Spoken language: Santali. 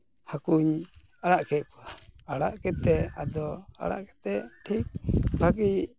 ᱦᱟᱹᱠᱩᱧ ᱟᱲᱟᱜ ᱠᱮᱫ ᱠᱚᱣᱟ ᱟᱲᱟᱜ ᱠᱟᱛᱮᱫ ᱟᱫᱚ ᱟᱲᱟᱜ ᱠᱟᱛᱮᱫ ᱴᱷᱤᱠ ᱵᱷᱟᱜᱤ